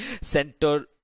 center